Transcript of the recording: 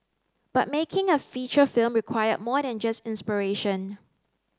but making a feature film required more than just inspiration